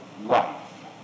life